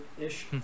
ish